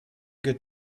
good